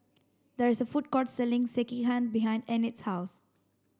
there is a food court selling Sekihan behind Enid's house